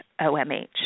omh